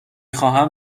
خواهم